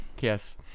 Yes